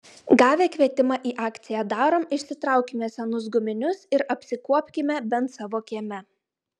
gavę kvietimą į akciją darom išsitraukime senus guminius ir apsikuopkime bent savo kieme